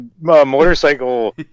motorcycle